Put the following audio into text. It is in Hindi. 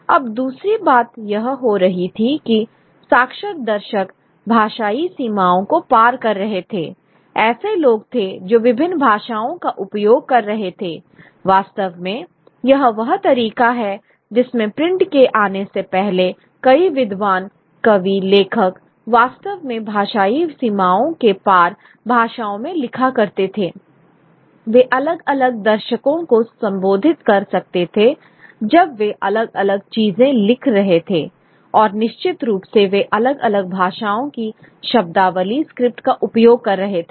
अब दूसरी बात यह हो रही थी कि साक्षर दर्शक भाषाई सीमाओं को पार कर रहे थे ऐसे लोग थे जो विभिन्न भाषाओं का उपयोग कर रहे थे वास्तव में यह वह तरीका है जिसमें प्रिंट के आने से पहले कई विद्वान कवि लेखक वास्तव में भाषाई सीमाओं के पार भाषाओं में लिखा करते थे वे अलग अलग दर्शकों को संबोधित कर सकते थे जब वे अलग अलग चीजें लिख रहे थे और निश्चित रूप से वे अलग अलग भाषाओं की शब्दावली स्क्रिप्ट का उपयोग कर रहे थे